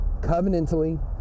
covenantally